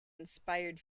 inspired